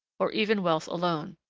or even wealth alone.